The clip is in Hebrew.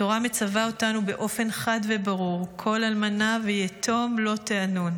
התורה מצווה אותנו באופן חד וברור: "כל אלמנה ויתום לא תענון.